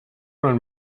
man